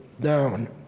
down